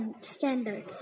standard